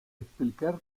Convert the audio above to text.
explicar